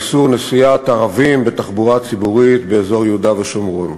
איסור נסיעת ערבים בתחבורה ציבורית באזור יהודה ושומרון.